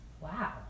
Wow